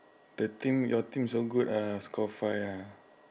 the team your team so good ah score five ah